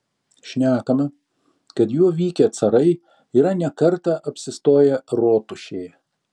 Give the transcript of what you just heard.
šnekama kad juo vykę carai yra ne kartą apsistoję rotušėje